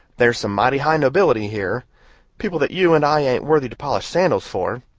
there's some mighty high nobility here people that you and i ain't worthy to polish sandals for